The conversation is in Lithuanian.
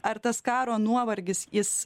ar tas karo nuovargis jis